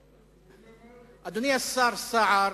אדוני השר סער,